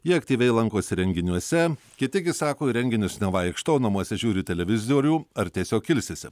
jie aktyviai lankosi renginiuose kiti gi sako į renginius nevaikštau namuose žiūri televizorių ar tiesiog ilsisi